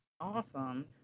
Awesome